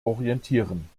orientieren